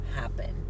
happen